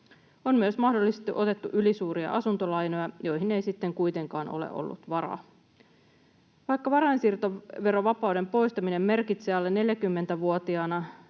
On myös mahdollisesti otettu ylisuuria asuntolainoja, joihin ei sitten kuitenkaan ole ollut varaa. Vaikka varainsiirtoverovapauden poistaminen merkitsee alle 40-vuotiaana